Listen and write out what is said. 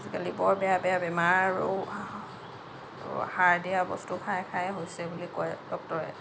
আজিকালি বৰ বেয়া বেয়া বেমাৰো সাৰ দিয়া বস্তু খাই খায়েই হৈছে বুলি কয় ডক্তৰে